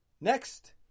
Next